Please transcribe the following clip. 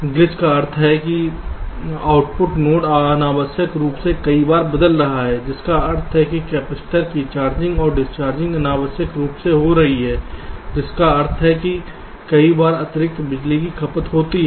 glitch का अर्थ है कि आउटपुट नोड अनावश्यक रूप से कई बार बदल रहा है जिसका अर्थ है कि कपैसिटर की चार्जिंग और डिस्चार्जिंग अनावश्यक रूप से हो रही है जिसका अर्थ है कि कई बार अतिरिक्त बिजली की खपत होती है